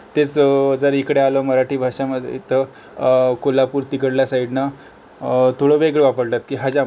तेच जर इकडे आलो मराठी भाषामध्ये तर कोल्हापूर तिकडल्या साईडनं थोडं वेगळं वापरतात की हजामत